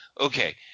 Okay